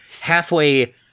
halfway